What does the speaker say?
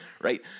right